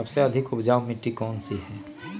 सबसे अधिक उपजाऊ मिट्टी कौन सी हैं?